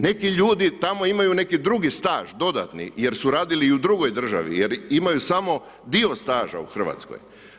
Neki ljudi tamo imaju neki drugi staž dodatni jer su radili i u drugoj državi jer imaju samo dio staža u RH.